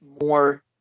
more